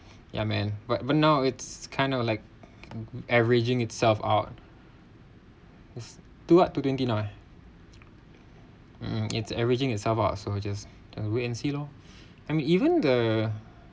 ya man but but now it's kind of like averaging itself out is two up to twenty nine mm it's averaging itself out and I just wait and see lor I mean even the